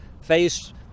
faced